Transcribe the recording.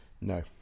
No